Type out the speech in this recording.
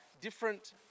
different